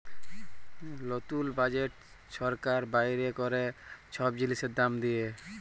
লতুল বাজেট ছরকার বাইর ক্যরে ছব জিলিসের দাম দিঁয়ে